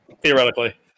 theoretically